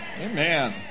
amen